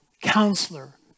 Counselor